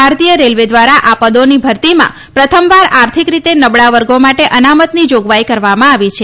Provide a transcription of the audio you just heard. ભારતીય રેલવે દ્વારા આ પદોની ભરતીમાં પ્રથમવાર આર્થિક રીતે નબળા વર્ગો માટે અનામતની જાગવાઈ કરવામાં આવી છે